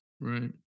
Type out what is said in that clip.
Right